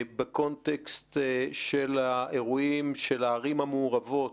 בקונטקסט של האירועים של הערים המעורבות,